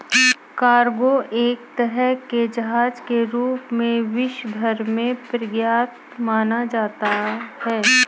cargo एक तरह के जहाज के रूप में विश्व भर में प्रख्यात माना जाता है